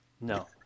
No